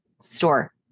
store